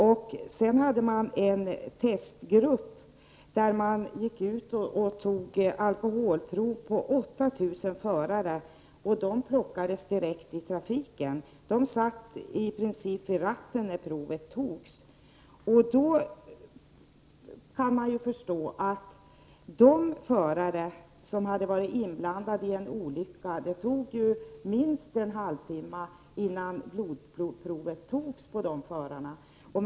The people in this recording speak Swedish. Vidare hade man en testgrupp. 8 000 förare alkoholtestades. Förarna plockades direkt ute i trafiken. De satt i princip bakom ratten när provet togs. Det tog minst en halvtimme innan blodprov kunde tas på de förare som hade varit med i en bilolycka.